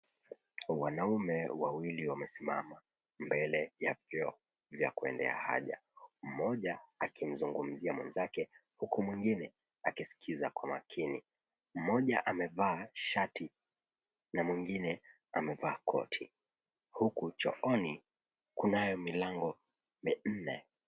Wanaume wawili wamesimama mbele ya vyoo vya kuendea haja. Mmoja akimzungumzia mwenzake, huku mwingine akisikiza kwa makini. Mmoja amevaa shati na mwingine amevaa koti. Huku chooni kunayo milango minne.